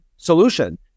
Solution